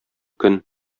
көн